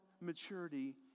maturity